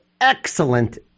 excellent